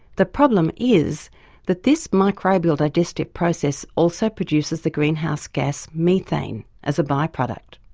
the problem is that this microbial digestive process also produces the greenhouse gas methane as a by-product.